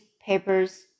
papers